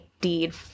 deed